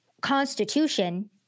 constitution